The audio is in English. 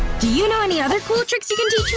do you know any other cool tricks you can teach